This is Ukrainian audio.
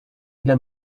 для